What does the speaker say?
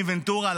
מני ונטורה,